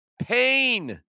pain